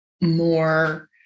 more